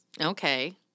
Okay